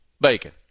Bacon